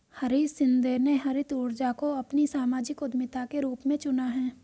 हरीश शिंदे ने हरित ऊर्जा को अपनी सामाजिक उद्यमिता के रूप में चुना है